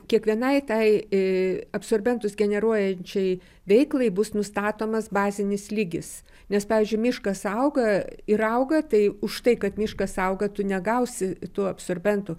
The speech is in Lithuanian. kiekvienai tai absorbentus generuojančiai veiklai bus nustatomas bazinis lygis nes pavyzdžiui miškas auga ir auga tai už tai kad miškas auga tu negausi tų absorbentų